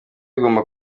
bigomba